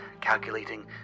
calculating